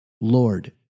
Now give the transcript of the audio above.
Lord